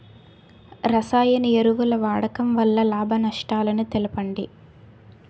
రసాయన ఎరువుల వాడకం వల్ల లాభ నష్టాలను తెలపండి?